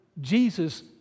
Jesus